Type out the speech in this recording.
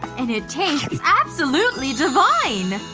and it tastes absolutely divine.